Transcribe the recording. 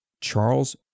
Charles